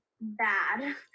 bad